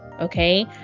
Okay